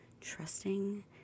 trusting